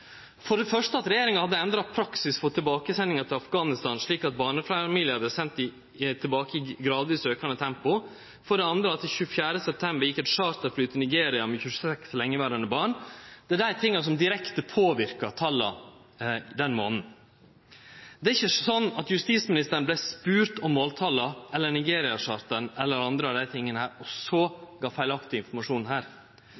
for det første at regjeringa hadde endra praksis for tilbakesendingar til Afghanistan, slik at barnefamiliar vart sende attende i gradvis aukande tempo, for det andre at det 24. september gjekk eit charterfly til Nigeria med 26 lengeverande barn. Det er dette som direkte påverkar tala den månaden. Det er ikkje slik at justisministeren vart spurt om måltala, Nigeria-charteret eller anna og så